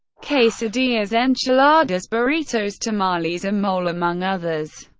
quesadillas, enchiladas, burritos, tamales and mole among others.